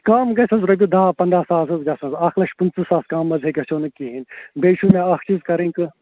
کَم گَژَھٮ۪س رۅپیہِ دَہ پنٛداہ ساس حظ گَژھَن اَکھ لچھ پٕنٛژٕہ ساس کم حظ گَژھوٕ نہٕ کِہیٖنٛۍ بیٚیہِ چھُو مےٚ اَکھ چیٖز کَرٕنۍ کٲم